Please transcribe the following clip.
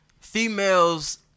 females